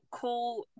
call